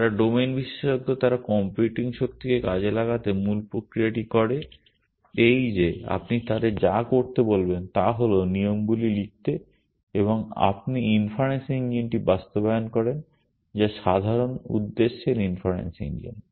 যারা ডোমেন বিশেষজ্ঞ তারা কম্পিউটিং শক্তিকে কাজে লাগাতে মূল প্রক্রিয়াটি করে এই যে আপনি তাদের যা করতে বলবেন তা হল নিয়মগুলি লিখতে এবং আপনি ইনফারেন্স ইঞ্জিনটি বাস্তবায়ন করেন যা সাধারণ উদ্দেশ্যের ইনফারেন্স ইঞ্জিন